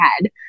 head